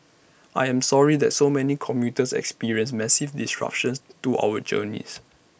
I am sorry that so many commuters experienced massive disruptions to our journeys